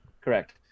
Correct